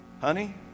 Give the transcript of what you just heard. honey